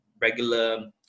regular